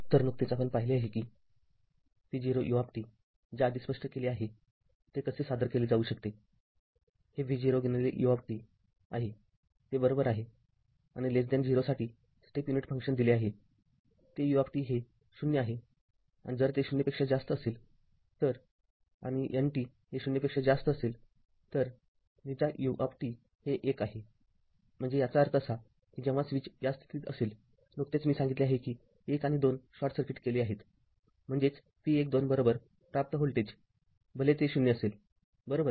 तर नुकतेच आपण पाहिले आहे की v0 ut जे आधी स्पष्ट केले आहे ते कसे सादर केले जाऊ शकते हे v0ut आहे ते बरोबर आहे आणि 0 साठी स्टेप युनिट फंक्शन दिले आहे ते ut हे ० आहे आणि जर ते ० पेक्षा जास्त असेल तर आणि nt हे ० पेक्षा जास्त असेल तर n ut हे १ आहेम्हणजे याचा अर्थ असा की जेव्हा स्विच या स्थितीत असेल नुकतेच मी सांगितले आहे कि १ आणि २ शॉर्ट सर्किट केले आहेत म्हणजेच v १२ प्राप्त व्होल्टेज भले ते ० असेल बरोबर